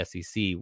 SEC